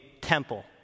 temple